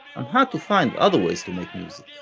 and had to find other ways to make music.